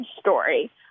story